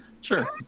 Sure